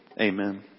Amen